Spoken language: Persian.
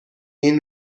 این